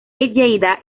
lleida